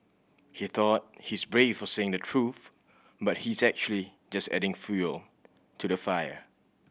he thought he's brave for saying the truth but he's actually just adding fuel to the fire